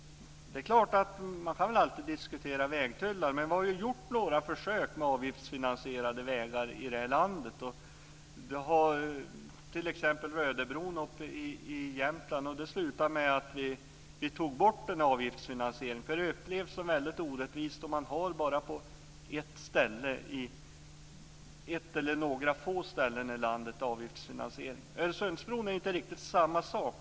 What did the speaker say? Det är klart att man alltid kan diskutera vägtullar, men man har ju gjort några försök med avgiftsfinansierade vägar i det här landet, t.ex. Rödöbron i Jämtland, och det slutade med att vi tog bort denna avgiftsfinansiering eftersom det upplevs som väldigt orättvist om man har avgiftsfinansiering på bara ett eller några få ställen i landet. Öresundsbron är inte riktigt samma sak.